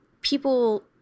People